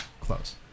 close